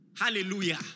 Hallelujah